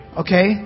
okay